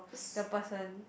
the person